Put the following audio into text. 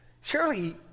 Surely